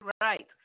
right